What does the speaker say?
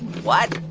what?